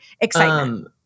excitement